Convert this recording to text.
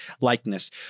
likeness